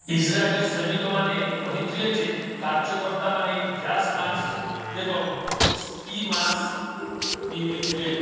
Israel ସୈନିକମାନେ କହିଥିଲେ ଯେ କାର୍ଯ୍ୟକର୍ତ୍ତାମାନେ ଗ୍ୟାସ୍ ମାସ୍କ ଏବଂ ସ୍କି ମାସ୍କ ପିନ୍ଧିଥିଲେ